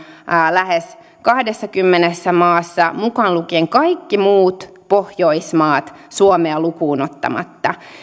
lähes kahdessakymmenessä maassa mukaan lukien kaikki muut pohjoismaat suomea lukuun ottamatta